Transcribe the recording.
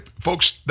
Folks